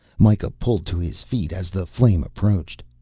mikah pulled to his feet as the flame approached.